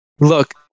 look